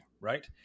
right